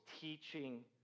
teaching